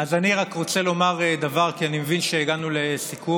אני רק רוצה לומר דבר, כי אני מבין שהגענו לסיכום.